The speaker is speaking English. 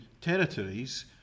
territories